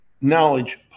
knowledge